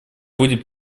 будет